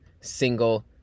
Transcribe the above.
single